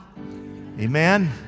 Amen